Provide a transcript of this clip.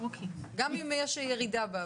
גם אם יש ירידה.